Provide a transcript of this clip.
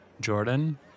Jordan